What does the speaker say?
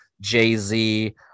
jay-z